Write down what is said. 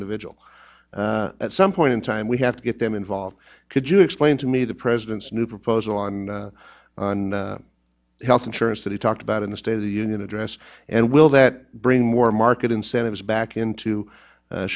individual at some point in time we have to get them involved could you explain to me the president's new proposal on health insurance that he talked about in the state of the union address and will that bring more market incentives back into